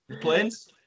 Planes